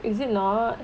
is it not